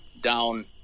down